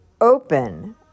open